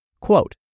quote